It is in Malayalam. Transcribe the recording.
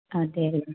അതെ അല്ലെ